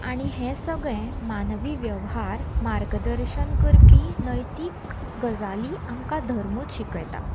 आनी हें सगळें मानवी वेव्हार मार्गदर्शन करपी नयतीक गजाली आमकां धर्मूच शिकयता